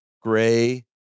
gray